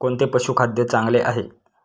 कोणते पशुखाद्य चांगले आहे?